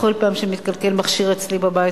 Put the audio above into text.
בכל פעם שמתקלקל מכשיר אצלי בבית,